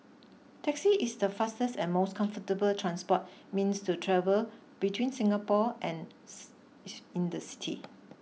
taxi is the fastest and most comfortable transport means to travel between Singapore and in the city